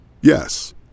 Yes